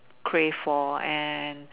crave for and